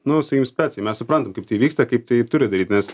nu sakykim specai mes suprantam kaip tai vyksta kaip tai turi daryt nes